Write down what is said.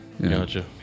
Gotcha